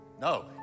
No